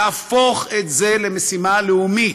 להפוך את זה למשימה לאומית,